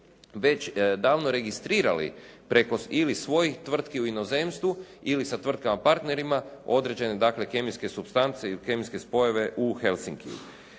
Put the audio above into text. već davno registrirali preko ili svojih tvrtki u inozemstvu ili sa tvrtkama partnerima određene kemijske supstance ili kemijske spojeve u Helsinkiju.